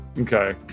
Okay